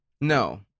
No